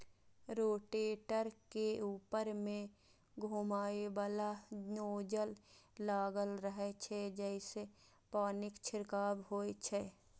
rotator के ऊपर मे घुमैबला नोजल लागल रहै छै, जइसे पानिक छिड़काव होइ छै